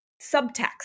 subtext